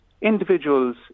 individuals